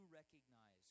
recognize